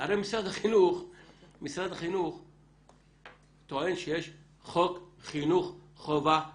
הרי משרד החינוך טוען שיש חוק חינוך חובה חינם.